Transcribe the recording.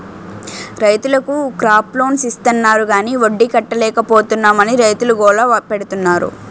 రైతులకు crop loans ఇస్తాన్నారు గాని వడ్డీ కట్టలేపోతున్నాం అని రైతులు గోల పెడతన్నారు